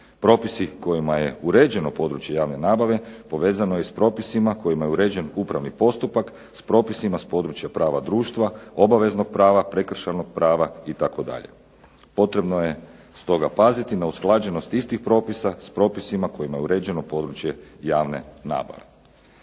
Propisi kojima je uređeno područje javne nabave povezano je i s propisima kojima je uređen upravni postupak s propisima s područja prava društva, obaveznog prava, prekršajnog prava itd. Potrebno je stoga paziti na usklađenost istih propisa s propisima kojima je uređeno područje javne nabave.